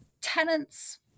tenants